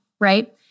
right